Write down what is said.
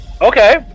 Okay